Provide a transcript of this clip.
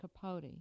Capote